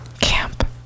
Camp